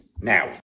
Now